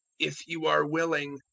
if you are willing,